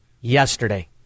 yesterday